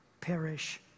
perish